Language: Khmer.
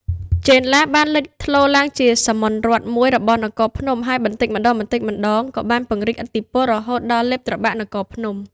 ចេនឡា បានលេចធ្លោឡើងជាសាមន្តរដ្ឋមួយរបស់នគរភ្នំ ហើយបន្តិចម្តងៗក៏បានពង្រីកឥទ្ធិពលរហូតដល់លេបត្របាក់នគរភ្នំ។